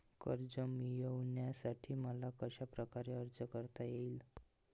कर्ज मिळविण्यासाठी मला कशाप्रकारे अर्ज करता येईल?